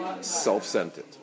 self-centered